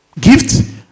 gift